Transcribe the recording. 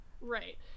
Right